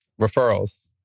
referrals